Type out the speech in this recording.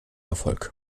erfolg